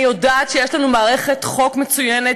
אני יודעת שיש לנו מערכת חוק מצוינת,